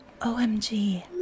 OMG